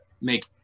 make